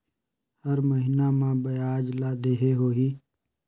हर महीना मा ब्याज ला देहे होही?